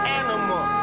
animal